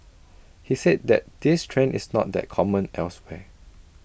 he said that this trend is not that common elsewhere